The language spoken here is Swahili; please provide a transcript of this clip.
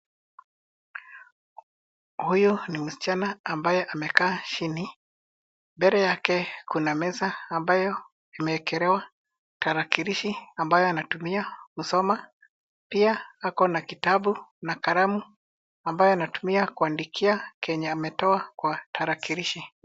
Huyu ni msichana ambaye amekaa chini. Mbele yake kuna meza ambayo imeekelewa tarakilishi ambayo anatumia kusoma. Pia akona kitabu na kalamu ambayo anatumia kuandikia chenye ametoa kwa tarakilishi.